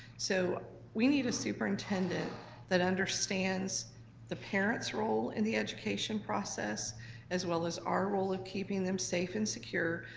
so we need a superintendent that understands the parent's role in the education process as well as our role of keeping them safe and secure.